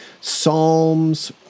Psalms